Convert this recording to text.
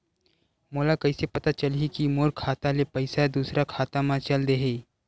मोला कइसे पता चलही कि मोर खाता ले पईसा दूसरा खाता मा चल देहे?